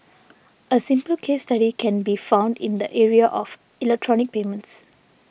a simple case study can be found in the area of electronic payments